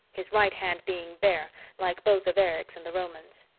his right hand being bare like both of erich's and the roman's.